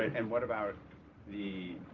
and what about the